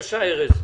בבקשה.